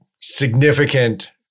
significant